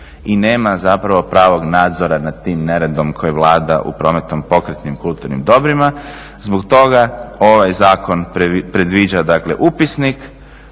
i nema zapravo pravog nadzora nad tim neredom koji vlada u prometno pokretnim kulturnim dobrima. Zbog toga ovaj zakon predviđa dakle upisnik